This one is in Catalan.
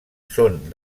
són